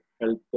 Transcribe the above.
health